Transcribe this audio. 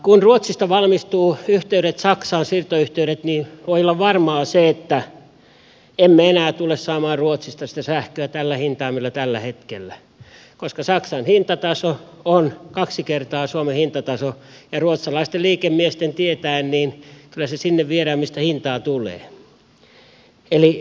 kun ruotsista valmistuvat siirtoyhteydet saksaan niin voi olla varmaa se että emme enää tule saamaan ruotsista sitä sähköä tällä hinnalla millä tällä hetkellä saadaan koska saksan hintataso on kaksi kertaa suomen hintataso ja ruotsalaiset liikemiehet tietäen se kyllä sinne viedään mistä hintaa tulee